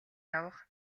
явах